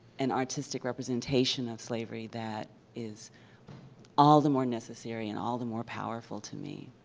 an artistic representation of slavery that is all the more necessary and all the more powerful to me.